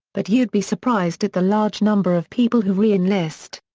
but you'd be surprised at the large number of people who re-enlist.